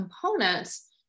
components